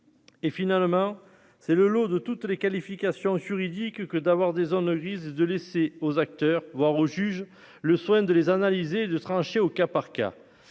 et finalement c'est le lot de toutes les qualifications juridiques que d'avoir des zones grises de laisser aux acteurs voir au juge le soin de les analyser de trancher au cas par cas,